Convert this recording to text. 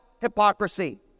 Hypocrisy